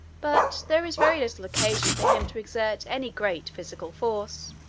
but there is very little occasion for him to exert any great physical force.